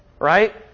Right